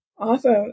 Awesome